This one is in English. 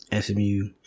SMU